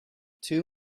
two